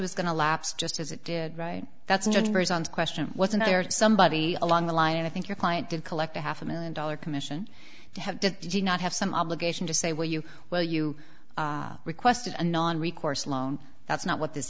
was going to lapse just as it did right that's good for question wasn't there somebody along the line and i think your client did collect a half a million dollar commission to have did you not have some obligation to say well you well you requested a non recourse loan that's not what this